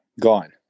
gone